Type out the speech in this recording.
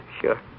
Sure